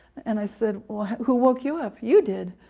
and i said, well, who woke you up? you did!